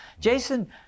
Jason